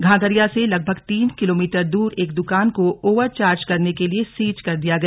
घांघरिया से लगभग तीन किलोमीटर दूर एक दुकान को ओवरचार्ज करने के लिए सीज कर दिया गया